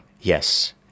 yes